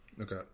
Okay